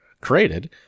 created